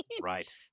Right